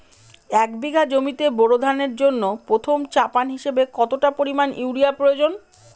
এক বিঘা জমিতে বোরো ধানের জন্য প্রথম চাপান হিসাবে কতটা পরিমাণ ইউরিয়া প্রয়োজন?